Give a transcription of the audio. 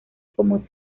como